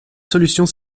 solutions